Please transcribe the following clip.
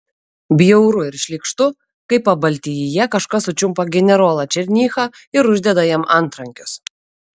bjauru ir šlykštu kai pabaltijyje kažkas sučiumpa generolą černychą ir uždeda jam antrankius